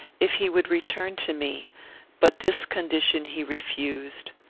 if he would return to me but this condition he refused.